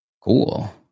Cool